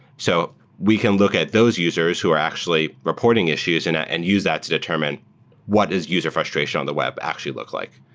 so we can look at those users who are actually reporting issues and ah and use that to determine what is user frustration on the web actually look like.